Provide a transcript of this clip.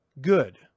Good